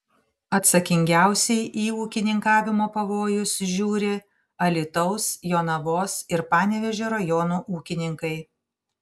atsakingiausiai į ūkininkavimo pavojus žiūri alytaus jonavos ir panevėžio rajonų ūkininkai